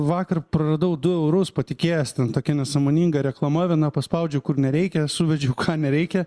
vakar praradau du eurus patikėjęs ten tokia nesąmoninga reklama viena paspaudžiau kur nereikia suvedžiau ką nereikia